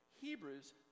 Hebrews